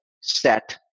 set